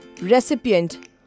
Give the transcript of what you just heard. recipient